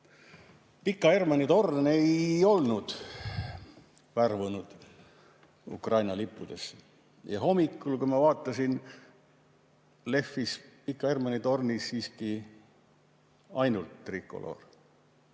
Pika Hermanni torn ei olnud värvunud Ukraina lipu värvidesse. Hommikul, kui ma vaatasin, lehvis Pika Hermanni tornis siiski ainult trikoloor